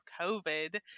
COVID